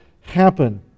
happen